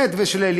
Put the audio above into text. ושל אלי,